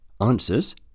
Answers